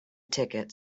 tickets